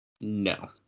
No